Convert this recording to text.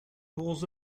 rolls